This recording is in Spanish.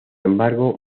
embargo